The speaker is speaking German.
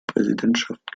präsidentschaft